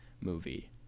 movie